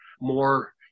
more